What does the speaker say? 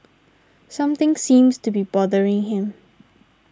something seems to be bothering him